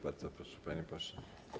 Bardzo proszę, panie pośle.